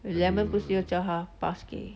lennon 不是叫他 pass 给